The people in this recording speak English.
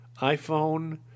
iPhone